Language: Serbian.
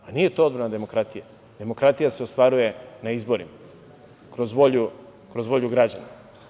Nije to odbrana demokratije, demokratija se ostvaruje na izborima kroz volju građana.